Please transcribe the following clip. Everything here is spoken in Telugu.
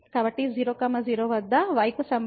కాబట్టి 0 0 వద్ద y కు సంబంధించి పాక్షిక అవకలనం 0